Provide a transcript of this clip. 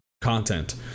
content